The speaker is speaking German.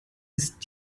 ist